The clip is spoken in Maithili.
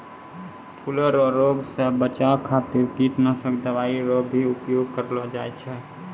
फूलो रो रोग से बचाय खातीर कीटनाशक दवाई रो भी उपयोग करलो जाय छै